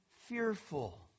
fearful